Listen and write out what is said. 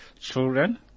children